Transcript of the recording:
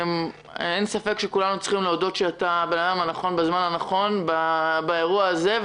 אין ספק שכולנו צריכים להודות שאתה האדם הנכון בזמן הנכון באירוע הזה,